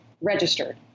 registered